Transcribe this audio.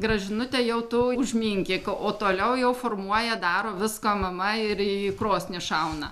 gražinute jau tu užminkyk o toliau jau formuoja daro viską mama ir į krosnį šauna